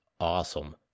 awesome